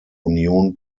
union